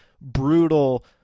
brutal